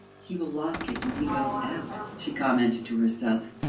he will lock it when he goes out, she commented to herself.